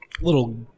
little